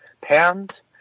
pounds